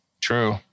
True